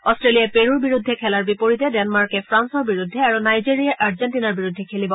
অট্টেলিয়াই পেৰুৰ বিৰুদ্ধে খেলাৰ বিপৰীতে ডেনমাৰ্কে ফ্ৰান্সৰ বিৰুদ্ধে আৰু নাইজেৰিয়াই আৰ্জেণ্টিনাৰ বিৰুদ্ধে খেলিব